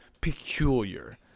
peculiar